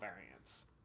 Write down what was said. variants